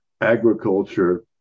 agriculture